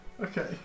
Okay